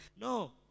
No